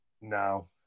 No